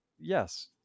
Yes